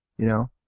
you know?